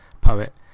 poet